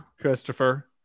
Christopher